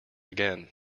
again